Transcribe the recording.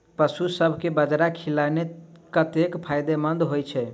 पशुसभ केँ बाजरा खिलानै कतेक फायदेमंद होइ छै?